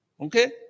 Okay